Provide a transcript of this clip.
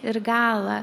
ir galą